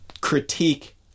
critique